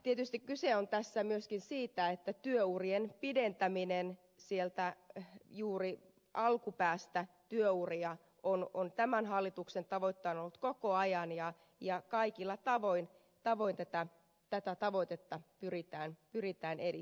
tietysti kyse on tässä myöskin siitä että työurien pidentäminen tässä juuri alkupäästä on tämän hallituksen tavoitteena ollut koko ajan ja kaikilla tavoin tätä tavoitetta pyritään edistämään